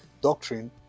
doctrine